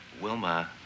Wilma